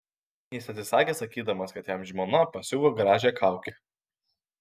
jis atsisakė sakydamas kad jam žmona pasiuvo gražią kaukę